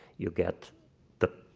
you get the